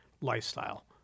lifestyle